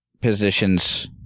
positions